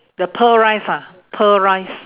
the pearl rice ah pearl rice